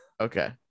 okay